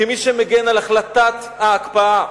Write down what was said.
כמי שמגן על החלטת ההקפאה,